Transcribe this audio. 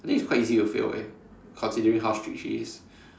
I think it's quite easy to fail eh considering how strict she is